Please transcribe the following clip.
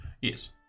yes